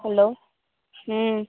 hello हूँ